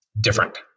different